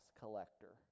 collector